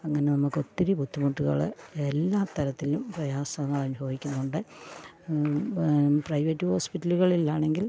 അങ്ങനെ നമുക്ക് ഒത്തിരി ബുദ്ധിമുട്ടുകൾ എല്ലാ തരത്തിലും പ്രയാസങ്ങൾ അനുഭവിക്കുന്നുണ്ട് പ്രൈവറ്റ് ഹോസ്പിറ്റലുകളിലാണെങ്കിൽ